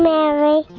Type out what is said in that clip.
Mary